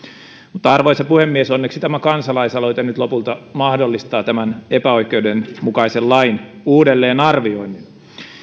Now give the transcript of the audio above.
mutta arvoisa puhemies onneksi tämä kansalaisaloite nyt lopulta mahdollistaa tämän epäoikeudenmukaisen lain uudelleenarvioinnin